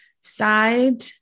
side